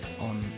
on